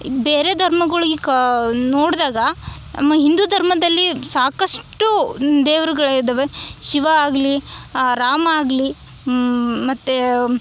ಬೇರೆ ಧರ್ಮಗಳಿಗೆ ಕಾ ನೋಡ್ದಾಗ ನಮ್ಮ ಹಿಂದೂ ಧರ್ಮದಲ್ಲಿ ಸಾಕಷ್ಟು ದೇವರುಗಳಿದವೆ ಶಿವ ಆಗಲಿ ರಾಮ ಆಗಲಿ ಮತ್ತು